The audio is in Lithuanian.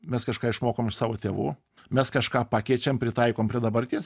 mes kažką išmokom iš savo tėvų mes kažką pakeičiam pritaikom prie dabarties